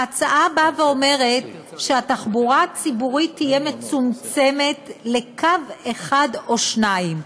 ההצעה באה ואומרת שהתחבורה הציבורית תהיה מצומצמת לקו אחד או שניים.